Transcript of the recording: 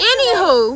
Anywho